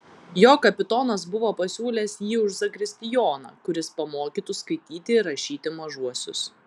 jo kapitonas buvo pasiūlęs jį už zakristijoną kuris pamokytų skaityti ir rašyti mažuosius